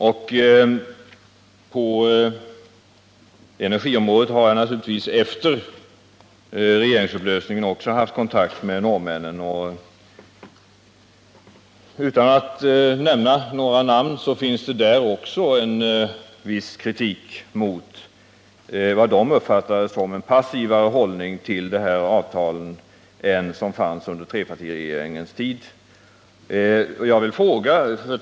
På energiområdet har jag även efter regeringsupplösningen haft kontakter med norrmännen. Utan att nämna några namn vill jag framhålla att det också därifrån riktas en viss kritik mot vad de uppfattar såsom en passivare hållning till detta avtal än under trepartiregeringens tid.